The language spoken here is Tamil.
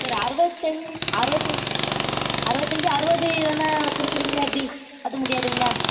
சரி அறுவதஞ்சு அறுவத்தஞ்சு அறுவத்தஞ்சு அறுபது வேணால் கொடுக்குறீங்களா எப்படி அதும் முடியாதுங்களா